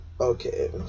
okay